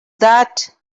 that